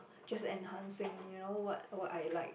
just enhancing you know what what I like